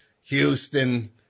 Houston